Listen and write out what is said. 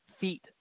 feet